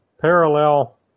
parallel